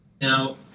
Now